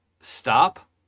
stop